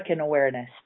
awareness